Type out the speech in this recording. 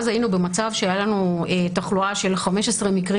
אז היינו במצב שהייתה תחלואה של 15 מקרים